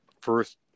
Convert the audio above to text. first